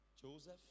Joseph